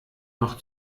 noch